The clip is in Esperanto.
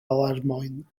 larmojn